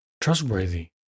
trustworthy